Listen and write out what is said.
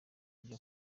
ibyo